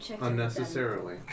unnecessarily